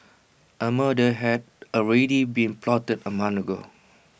A murder had already been plotted A month ago